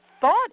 thought